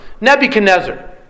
Nebuchadnezzar